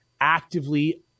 actively